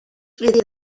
fydd